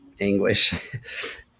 anguish